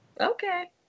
okay